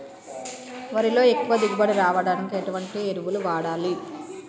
వరిలో ఎక్కువ దిగుబడి రావడానికి ఎటువంటి ఎరువులు వాడాలి?